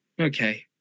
okay